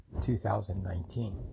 2019